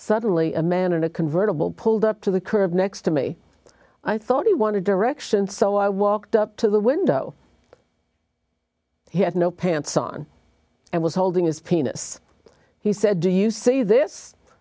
suddenly a man in a convertible pulled up to the curb next to me i thought he wanted direction so i walked up to the window he had no pants on and was holding his penis he said do you see this